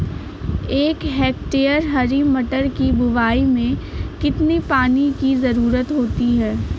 एक हेक्टेयर हरी मटर की बुवाई में कितनी पानी की ज़रुरत होती है?